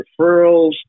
referrals